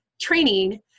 training